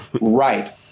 Right